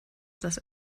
das